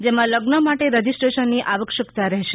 જેમાં લગ્ન માટે રજિસ્ટ્રેશનની આવશ્યકતા રહેશે